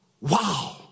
Wow